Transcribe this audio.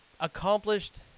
accomplished